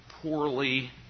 poorly